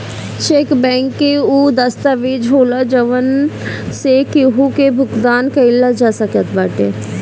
check bank कअ उ दस्तावेज होला जवना से केहू के भुगतान कईल जा सकत बाटे